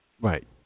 right